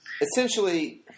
essentially